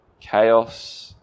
chaos